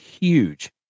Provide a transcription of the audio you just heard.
huge